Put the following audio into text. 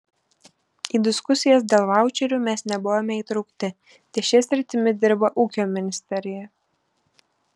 į diskusijas dėl vaučerių mes nebuvome įtraukti ties šia sritimi dirba ūkio ministerija